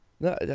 No